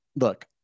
look